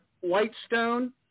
Whitestone